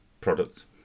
product